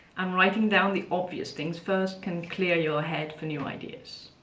um writing down the obvious things first can clear your head for new ideas.